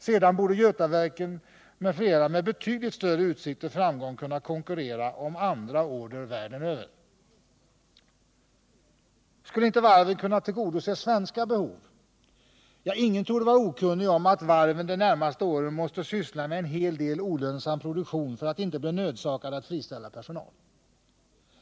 Sedan borde Götaverken m.fl. med betydligt större utsikt till framgång kunna konkurrera om andra order världen över. Skulle inte varven vidare kunna inriktas på att mera tillgodose svenska behov? Ingen torde vara okunnig om att varven de närmaste åren måste syssla med en hel del olönsam produktion för att inte bli nödsakade att friställa personal.